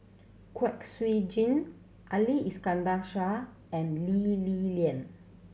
Kwek Siew Jin Ali Iskandar Shah and Lee Li Lian